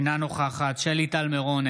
אינה נוכחת שלי טל מירון,